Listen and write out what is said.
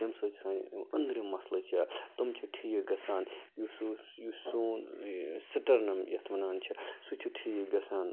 تَمہِ سۭتی چھِ سٲنۍ یم أنٛدرِم مَسلٕز چھِ تِم چھِ ٹھیٖک گَژھان یُس ہُہ یُس سون یہِ سِٹَرنَم یَتھ وَنان چھِ سُہ چھُ ٹھیٖک گَژھان